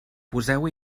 poseu